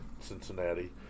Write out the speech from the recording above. Cincinnati